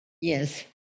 Yes